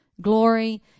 glory